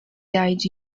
guide